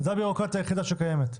זו הבירוקרטיה היחידה שקיימת.